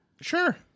Sure